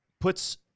puts